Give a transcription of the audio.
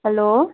hello